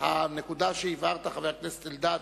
הנקודה שהבהרת, חבר הכנסת אלדד,